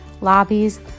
lobbies